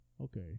Okay